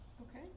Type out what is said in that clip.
Okay